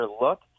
look